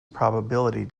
probability